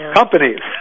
companies